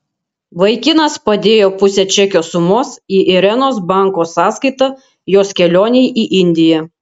vaikinas padėjo pusę čekio sumos į irenos banko sąskaitą jos kelionei į indiją